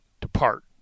depart